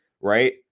right